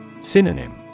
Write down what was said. Synonym